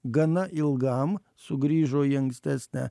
gana ilgam sugrįžo į ankstesnę